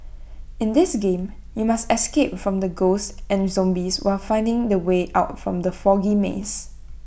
in this game you must escape from ghosts and zombies while finding the way out from the foggy maze